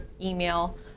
email